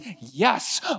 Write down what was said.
Yes